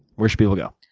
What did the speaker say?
where should people go?